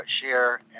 share